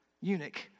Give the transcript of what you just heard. eunuch